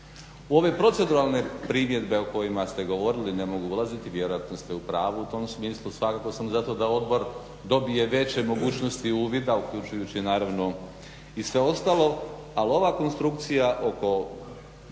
U ove proceduralne primjedbe o kojima ste govorili ne mogu ulaziti, vjerojatno ste u pravu u tom smislu, svakako sam za to da odbor dobije veće mogućnosti uvida, uključujući naravno i sve ostalo, ali ova konstrukcija oko